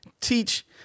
teach